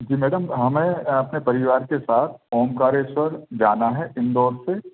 जी madam हमें अपने परिवार के साथ ओंकारेश्वर जाना है इंदौर से